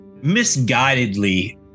misguidedly